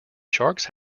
sharks